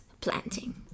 planting